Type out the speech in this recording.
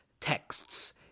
texts